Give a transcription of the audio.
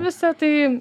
visą tai